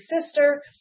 sister